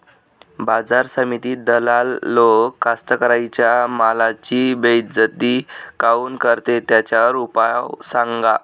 बाजार समितीत दलाल लोक कास्ताकाराच्या मालाची बेइज्जती काऊन करते? त्याच्यावर उपाव सांगा